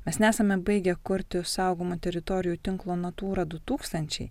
mes nesame baigę kurti saugomų teritorijų tinklo natūra du tūkstančiai